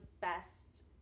best